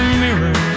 mirror